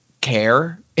care